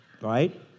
Right